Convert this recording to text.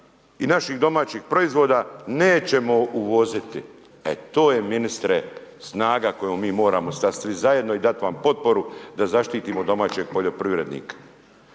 i naših domaćih proizvoda nećemo uvoziti, e to je ministre, snaga koju mi moramo stati svi zajedno i dati vam potporu da zaštitimo domaće poljoprivrednike,